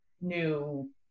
new